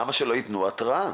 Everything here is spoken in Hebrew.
למה שלא יתנו התראה?